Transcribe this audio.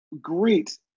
great